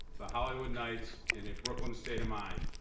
the hollywood knights and a brooklyn state of mind.